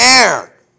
Air